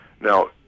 Now